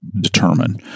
determine